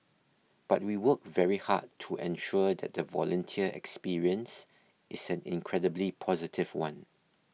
but we work very hard to ensure that the volunteer experience is an incredibly positive one